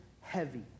heavy